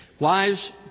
Wives